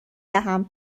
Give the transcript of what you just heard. دهم